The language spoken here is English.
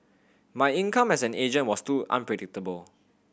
my income as an agent was too unpredictable